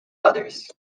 others